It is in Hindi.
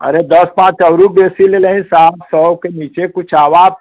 अरे दस पाँच और देसी ले लेही साहब सौ के नीचे कुछ आवा